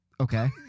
Okay